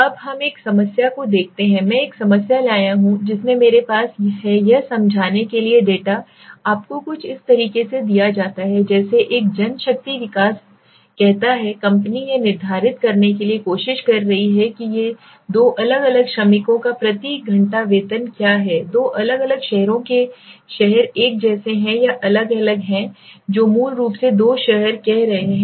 अब हम एक समस्या को देखते हैं मैं एक समस्या लाया हूं जिसमें मेरे पास है यह समझाने के लिए डेटा आपको कुछ इस तरह दिया जाता है जैसे यह एक जनशक्ति विकास कहता है कंपनी यह निर्धारित करने की कोशिश कर रही है कि दो अलग अलग श्रमिकों का प्रति घंटा वेतन क्या है दो अलग अलग शहरों के शहर एक जैसे हैं या अलग अलग हैं जो मूल रूप से दो शहर कह रहे हैं